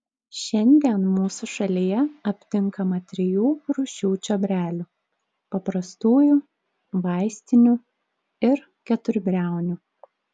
šiandien mūsų šalyje aptinkama trijų rūšių čiobrelių paprastųjų vaistinių ir keturbriaunių